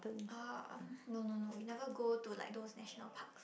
uh um no no no we never go to like those national parks